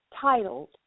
titled